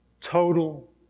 total